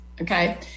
okay